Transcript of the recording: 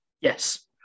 Yes